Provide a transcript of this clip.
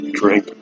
drink